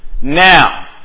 Now